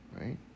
right